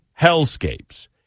hellscapes